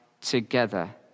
together